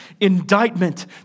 indictment